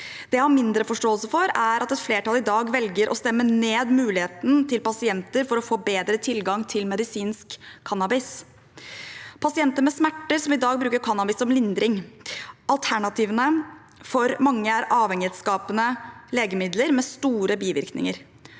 Det jeg har mindre forståelse for, er at et flertall i dag velger å stemme ned muligheten for pasienter til å få bedre tilgang til medisinsk cannabis – pasienter med smerter, som i dag bruker cannabis som lindring. Alternativene for mange er avhengighetsskapende legemidler med store bivirkninger.